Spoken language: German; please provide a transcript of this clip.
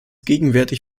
gegenwärtig